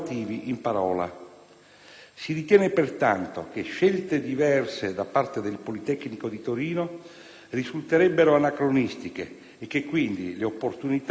Si ritiene, pertanto, che scelte diverse da parte del Politecnico di Torino, risulterebbero anacronistiche e che, quindi, le opportunità offerte agli studenti,